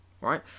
right